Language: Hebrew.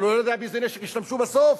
אבל לא יודע באיזה נשק ישתמשו בסוף.